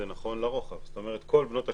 זה נכון לרוחב, זאת אומרת כל בנות השירות.